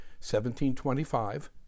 1725